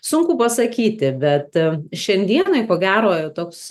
sunku pasakyti bet šiandienai ko gero toks